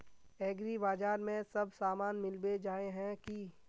एग्रीबाजार में सब सामान मिलबे जाय है की?